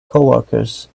coworkers